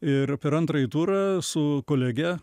ir per antrąjį turą su kolege